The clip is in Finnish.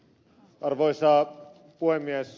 arvoisa puhemies